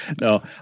No